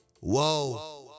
whoa